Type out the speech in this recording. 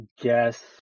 guess